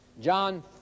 John